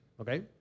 Okay